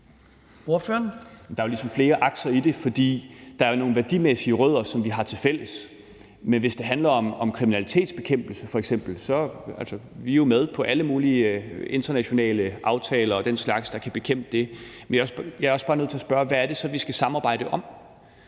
der er ligesom flere ting i det, for der er jo nogle værdimæssige rødder, som vi har tilfælles, men hvis det handler om f.eks. kriminalitetsbekæmpelse, vil jeg sige, at så er vi jo med i alle mulige internationale aftaler og den slags, der kan bekæmpe det. Jeg er bare nødt til at spørge: Hvad er det så, vi skal samarbejde om?